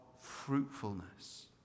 fruitfulness